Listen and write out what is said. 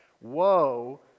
Woe